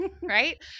right